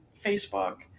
Facebook